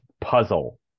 puzzle